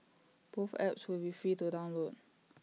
both apps will be free to download